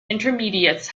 intermediates